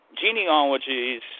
genealogies